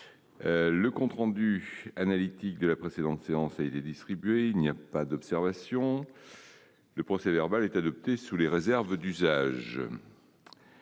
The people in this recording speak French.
Le compte rendu analytique de la précédente séance a été distribué. Il n'y a pas d'observation ?... Le procès-verbal est adopté sous les réserves d'usage.